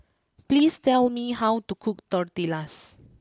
please tell me how to cook Tortillas